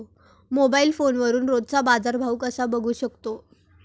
Mobile फोनवरून रोजचा बाजारभाव कसा बघू शकतो?